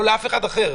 לא לאף אחד אחר.